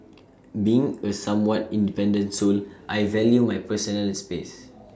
being A somewhat independent soul I value my personal space